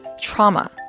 trauma